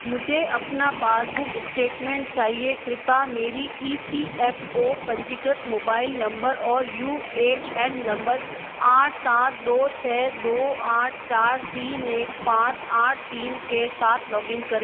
मुझे अपना passbook statement चाहिए कृपया मेरे ई पी एफ़ ओ पंजीकृत मोबाइल नंबर और यू ए एन नंबर आठ सात दो छः दौ आठ चार तीन एक पाँच आठ तीन के साथ लॉगिन करें